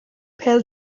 pêl